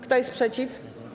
Kto jest przeciw?